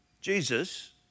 Jesus